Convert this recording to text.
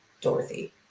Dorothy